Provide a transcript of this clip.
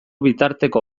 bitarteko